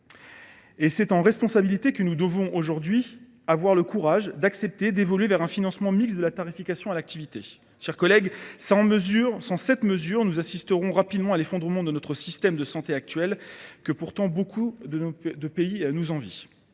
Et c’est en responsabilité que nous devons aujourd’hui, avoir le courage d’accepter d’évoluer vers un financement mixte de la tarification à l’activité. Mes chers collègues, sans cette mesure, nous assisterons rapidement à l’effondrement de notre système de santé actuel, que pourtant nombre de pays nous envient.